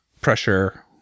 pressure